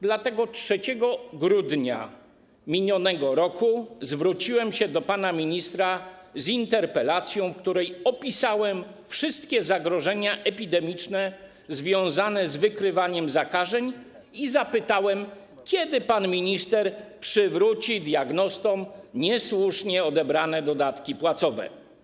Dlatego 3 grudnia minionego roku zwróciłem się do pana ministra z interpelacją, w której opisałem wszystkie zagrożenia epidemiczne związane z wykrywaniem zakażeń i zapytałem, kiedy pan minister przywróci diagnostom niesłusznie odebrane dodatki płacowe.